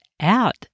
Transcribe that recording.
out